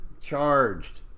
charged